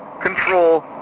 control